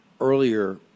earlier